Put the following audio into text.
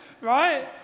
right